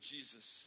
Jesus